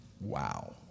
Wow